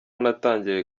natangiriye